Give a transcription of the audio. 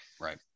right